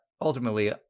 ultimately